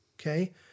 okay